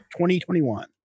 2021